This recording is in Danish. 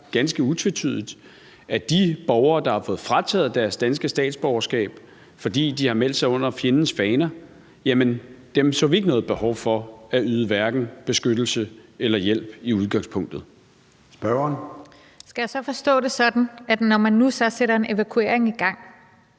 ganske utvetydigt – at de borgere, der har fået frataget deres danske statsborgerskab, fordi de har meldt sig under fjendens faner, har vi i udgangspunktet ikke set noget behov for at yde hverken beskyttelse eller hjælp. Kl. 13:35 Formanden (Søren Gade): Spørgeren. Kl. 13:35 Rosa Lund (EL): Skal jeg forstå det sådan, at når man nu så sætter en evakuering i gang